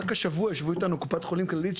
רק השבוע ישבו איתנו מקופת חולים כללית,